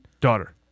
daughter